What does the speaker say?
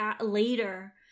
later